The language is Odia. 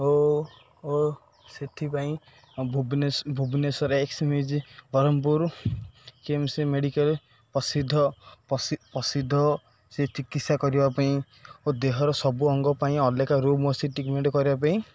ଓ ଓ ସେଥିପାଇଁ ଭୁବନେଶ୍ୱର ଏକ୍ସମିଜି ବ୍ରହ୍ମପୁର କେଏମସି ମେଡ଼ିକାଲ ପ୍ରସିଦ୍ଧ ପ୍ରସିଦ୍ଧ ସେ ଚିକିତ୍ସା କରିବା ପାଇଁ ଓ ଦେହର ସବୁ ଅଙ୍ଗ ପାଇଁ ଅଲଗା ରୁମ୍ ଅଛି ଟ୍ରିଟ୍ମେଣ୍ଟ୍ କରିବା ପାଇଁ